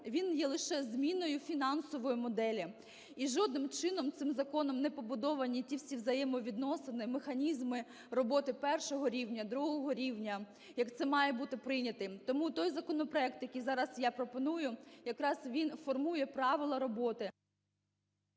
він є лише зміною фінансової моделі, і жодним чином цим законом не побудовані ті всі взаємовідносини, механізми роботи першого рівня, другого рівня, як це має бути прийнято. Тому той законопроект, який зараз я пропоную, якраз він формує правила роботи.